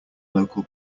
local